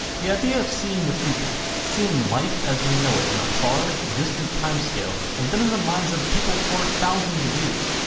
the idea of seeing the future seeing life as we know it in a far, distant timescale has been in the minds of people for thousands of years.